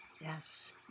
Yes